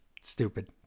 stupid